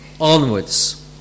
onwards